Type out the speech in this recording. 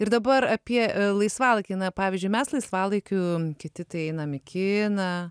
ir dabar apie laisvalaikį na pavyzdžiui mes laisvalaikiu kiti tai einam į kiną